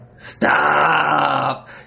Stop